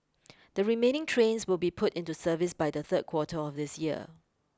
the remaining trains will be put into service by the third quarter of this year